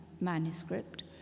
manuscript